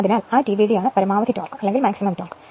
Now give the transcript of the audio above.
അതിനാൽ ആ TBD ആണ് പരമാവധി ടോർക്ക്